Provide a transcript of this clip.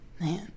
man